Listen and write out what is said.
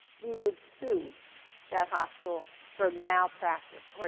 we would sue that hospital for malpractice.